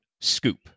Scoop